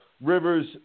Rivers